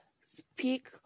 Speak